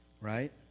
right